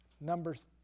Numbers